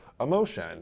emotion